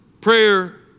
Prayer